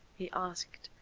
he asked,